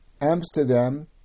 Amsterdam